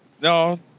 No